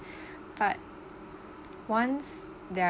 but once there are